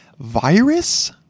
Virus